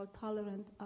tolerant